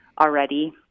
already